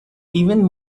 even